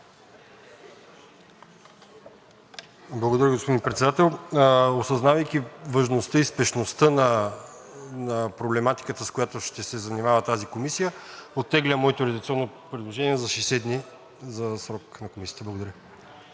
Благодаря, господин Председател. Осъзнавайки важността и спешността на проблематиката, с която ще се занимава тази комисия, оттеглям моето редакционно предложение за 60 дни – за срок на комисията. Благодаря.